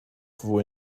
fwy